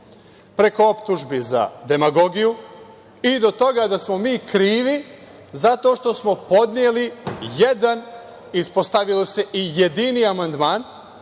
preko optužbi za demagogiju i do toga da smo mi krivi zato što smo podneli jedan, ispostavilo se i jedini amandman